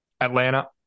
Atlanta